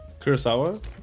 Kurosawa